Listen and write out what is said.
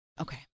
Okay